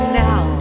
now